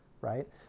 Right